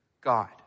God